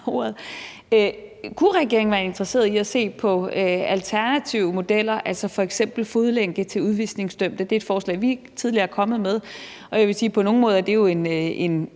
Kunne regeringen være interesseret i at se på alternative modeller, f.eks. fodlænke til udvisningsdømte? Det er et forslag, vi tidligere er kommet med, og jeg vil sige, at på nogle